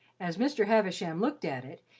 as mr. havisham looked at it,